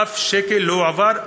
אף שקל לא הועבר,